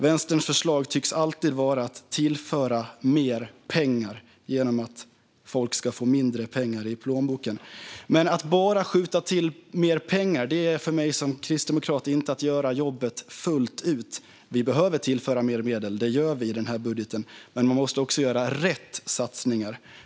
Vänsterns förslag tycks alltid vara att tillföra mer pengar genom att folk ska få mindre pengar i plånboken, men att bara skjuta till mer pengar är för mig som kristdemokrat inte att göra jobbet fullt ut. Vi behöver tillföra mer medel, och det gör vi i budgeten. Men man måste också göra rätt satsningar.